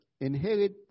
inherit